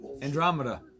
Andromeda